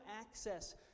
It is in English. access